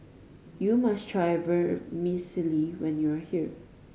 you must try Vermicelli when you are here